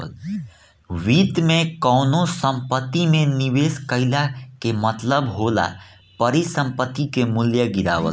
वित्त में कवनो संपत्ति में निवेश कईला कअ मतलब होला परिसंपत्ति के मूल्य गिरावल